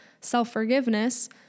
self-forgiveness